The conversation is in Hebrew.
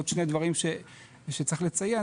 עוד שני דברים שצריך לציין,